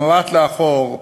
במבט לאחור,